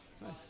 Nice